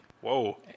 Whoa